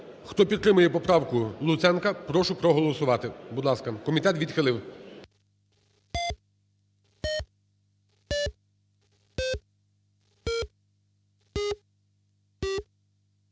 Хто підтримує поправку Луценка, прошу проголосувати, будь ласка, комітет відхилив.